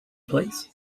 please